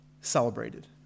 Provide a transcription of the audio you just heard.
celebrated